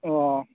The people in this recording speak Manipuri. ꯑꯣ